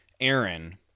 Aaron